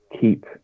keep